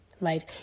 right